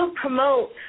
promote